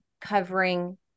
covering